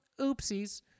oopsies